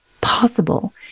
possible